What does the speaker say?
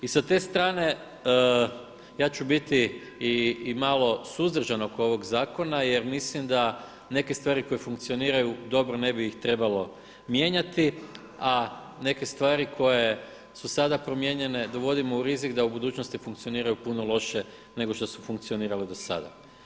I s te strane ja ću biti i malo suzdržan oko ovog zakona jer mislim da neke stvari koje funkcioniraju dobro ne bi ih trebalo mijenjati, a neke stvari koje su sada promijenjene dovodimo u rizik da u budućnosti funkcioniraju puno lošije nego što su funkcionirale do sada.